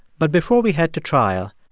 but before we head to trial,